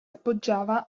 appoggiava